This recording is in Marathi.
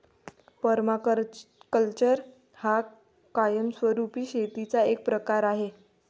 पर्माकल्चर हा कायमस्वरूपी शेतीचा एक प्रकार आहे